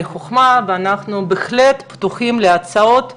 חוכמה ואנחנו בהחלט פתוחים להצעות ולתיקונים.